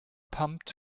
pumped